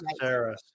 Sarah